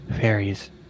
fairies